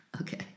Okay